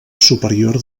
superior